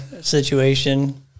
situation